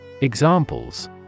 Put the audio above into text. Examples